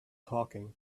talking